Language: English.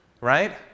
right